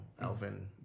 Elvin